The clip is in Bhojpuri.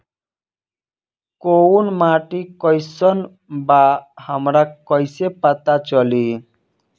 कोउन माटी कई सन बा हमरा कई से पता चली?